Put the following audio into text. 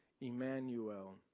Emmanuel